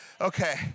Okay